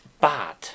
bad